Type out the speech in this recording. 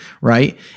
right